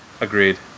Agreed